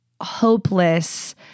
hopeless